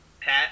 Pat